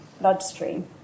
bloodstream